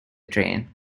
train